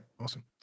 awesome